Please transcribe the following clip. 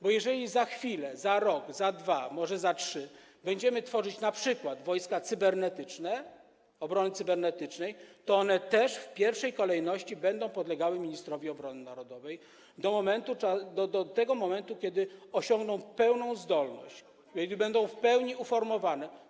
Bo jeżeli za chwilę, za 1 rok, za 2, może za 3 lata będziemy tworzyć np. wojska cybernetyczne, obrony cybernetycznej, to one też w pierwszej kolejności będą podlegały ministrowi obrony narodowej, do momentu kiedy osiągną pełną zdolność, kiedy będą w pełni uformowane.